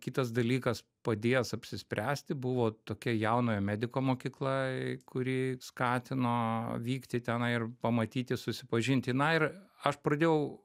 kitas dalykas padėjęs apsispręsti buvo tokia jaunojo mediko mokykla kuri skatino vykti tenai ir pamatyti susipažinti na ir aš pradėjau